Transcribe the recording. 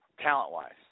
talent-wise